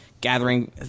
gathering